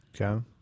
Okay